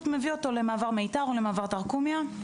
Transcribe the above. מביא אותו למעבר מיתר או למעבר טרקומיא.